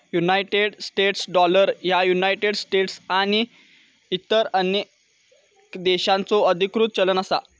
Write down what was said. United States dollar ह्या United States आणि इतर अनेक देशांचो अधिकृत चलन असा